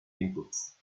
inputs